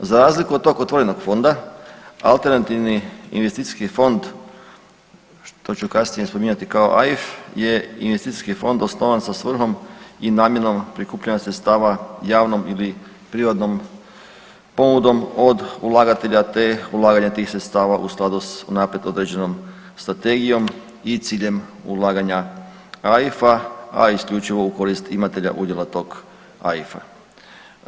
Za razliku od tog otvorenog fonda, alternativni investicijski fond što ću kasnije spominjati kao AIF je investicijski fond osnovan sa svrhom i namjenom prikupljanja sredstava javnom ili prirodnom ponudom od ulagatelja te ulaganja tih sredstava u skladu s unaprijed određenom strategijom i ciljem ulaganja AIF-a, a isključivo u korist imatelja udjela tog AIF-a.